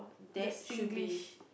the Singlish